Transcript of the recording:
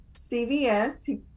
CVS